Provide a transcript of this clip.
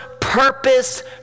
Purpose